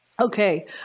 Okay